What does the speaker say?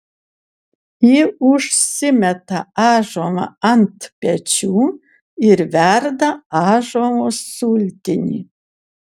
ji užsimeta ąžuolą ant pečių ir verda ąžuolo sultinį